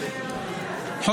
הם ניסו להעביר את החוק הזה.